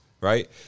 right